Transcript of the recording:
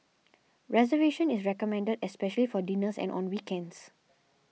reservation is recommended especially for dinners and on weekends